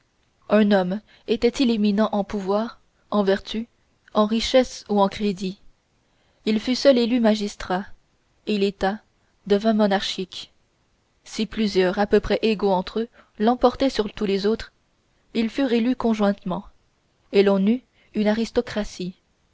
un homme était-il éminent en pouvoir en vertu en richesses ou en crédit il fut seul élu magistrat et l'état devint monarchique si plusieurs à peu près égaux entre eux l'emportaient sur tous les autres ils furent élus conjointement et l'on eut une aristocratie